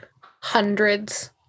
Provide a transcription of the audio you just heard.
hundreds